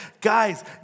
Guys